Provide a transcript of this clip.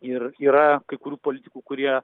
ir yra kai kurių politikų kurie